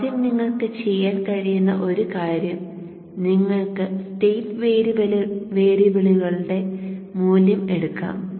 ആദ്യം നിങ്ങൾക്ക് ചെയ്യാൻ കഴിയുന്ന ഒരു കാര്യം നിങ്ങൾക്ക് സ്റ്റേറ്റ് വേരിയബിളുകളുടെ മൂല്യം എടുക്കാം